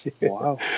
Wow